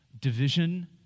Division